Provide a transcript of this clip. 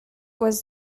was